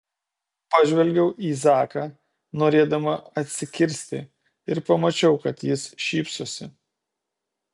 pažvelgiau į zaką norėdama atsikirsti ir pamačiau kad jis šypsosi